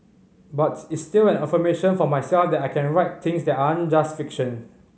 but it's still an affirmation for myself that I can write things that aren't just fiction